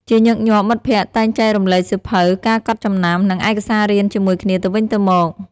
ជាញឹកញាប់ មិត្តភក្តិតែងចែករំលែកសៀវភៅ ការកត់ចំណាំ និងឯកសាររៀនជាមួយគ្នាទៅវិញទៅមក។